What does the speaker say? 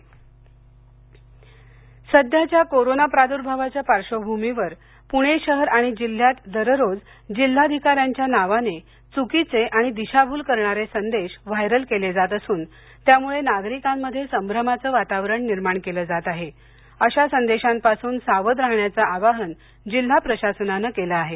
दिशाभल सध्याच्या कोरोना प्रार्द्भावाच्या पार्श्वभूमीवर प्रणे शहर आणि जिल्ह्यात दररोज जिल्हाधिकाऱ्यांच्या नावाने चुकीचे आणि दिशाभूल करणारे संदेश व्हायरल केले जात असून त्यामुळं नागरिकांमध्ये संभ्रमाचे वातावरण निर्माण केलं जात आहे अशा संदेशापासून सावध राहण्याचं आवाहन जिल्हा प्रशासनानं केलं आहे